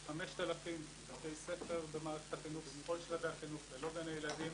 5,000 בתי ספר במערכת החינוך בכל שלבי החינוך ללא גני ילדים,